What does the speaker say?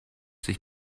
sich